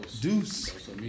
Deuce